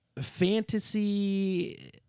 fantasy